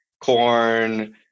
corn